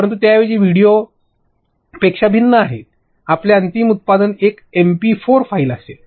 परंतु त्याऐवजी ते व्हिडिओ पेक्षा भिन्न आहे आपले अंतिम उत्पादन एक एमपी 4 फाइल असेल